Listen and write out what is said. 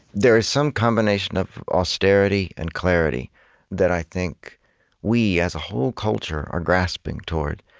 there is some combination of austerity and clarity that i think we, as a whole culture, are grasping toward.